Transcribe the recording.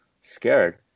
scared